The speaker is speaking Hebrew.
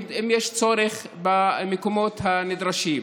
אם יש צורך, במקומות הנדרשים.